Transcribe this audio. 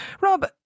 Rob